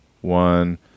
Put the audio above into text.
one